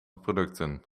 producten